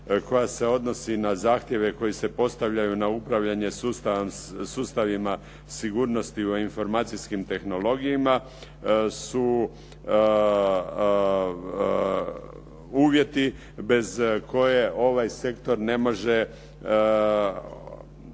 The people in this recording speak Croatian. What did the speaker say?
koja se odnosi na zahtjeve koji se postavljaju na upravljanje sustavima sigurnosti u informacijskim tehnologijama su uvjeti bez koje ovaj sektor ne može